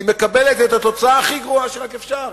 היא מקבלת את התוצאה הכי גרועה שרק אפשר.